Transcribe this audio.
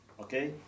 Okay